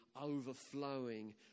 overflowing